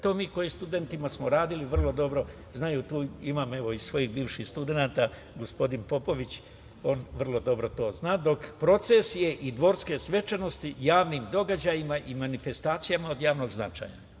To mi koji smo sa studentima radili vrlo dobro znaju, evo imam tu i svojih bivših studenata, gospodin Popović, on vrlo dobro to zna, dok procesije i dvorske svečanosti javnim događajima i manifestacijama od javnog značaja.